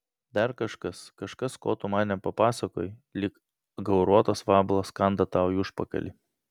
dar kažkas kažkas ko tu man nepapasakojai lyg gauruotas vabalas kanda tau į užpakalį